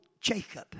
Jacob